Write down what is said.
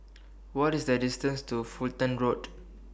What IS The distance to Fulton Road